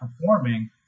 performing